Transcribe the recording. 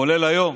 כולל היום?